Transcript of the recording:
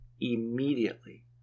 immediately